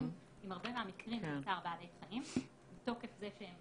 עם הרבה מהמקרים של צער בעלי חיים מתוקף זה שהם